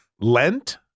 Lent